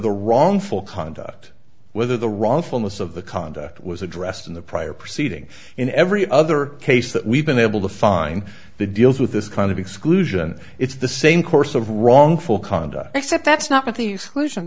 the wrongful conduct whether the wrongfulness of the conduct was addressed in the prior proceeding in every other case that we've been able to find the deals with this kind of exclusion it's the same course of wrongful conduct except that's not the